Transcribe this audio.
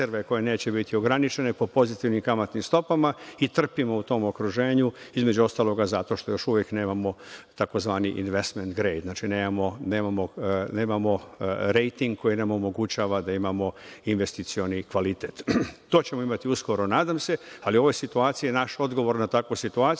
koje neće biti ograničene po pozitivnim kamatnim stopama i trpimo u tom okruženju. Između ostalog i zato što još uvek nema tzv. „investmen grej“, znači nemamo rejting koji nam omogućava da imamo investicioni kvalitet. To ćemo imati uskoro nadam se, ali u ovoj situaciji naš odgovor na takvu situaciju